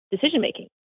decision-making